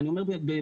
אני אומר ברצינות,